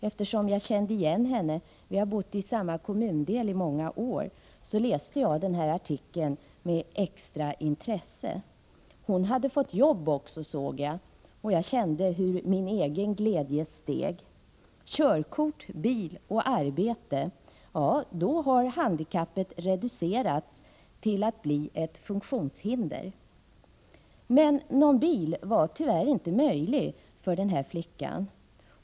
Eftersom jag kände igen henne — vi har bott i samma kommundel i många år — läste jag denna artikel med extra intresse. Hon hade fått jobb också, såg jag, och jag kände hur min egen glädje steg. Körkort, bil och arbete — då har handikappet reducerats till att bli ett funktionshinder. Men någon bil var tyvärr inte möjlig för denna flicka.